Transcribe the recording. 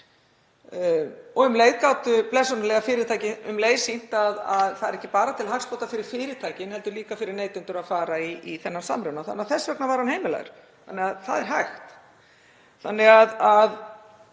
Um leið gátu fyrirtækin blessunarlega sýnt að það var ekki bara til hagsbóta fyrir fyrirtækin heldur líka fyrir neytendur að fara í þennan samruna. Þess vegna var hann heimilaður. Þannig að það er hægt.